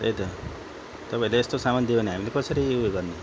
त्यही त तपाईँहरूले यस्तो सामान दियो भने हामीले कसरी उयो गर्ने